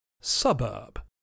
Suburb